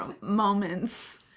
moments